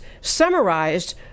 summarized